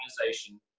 organization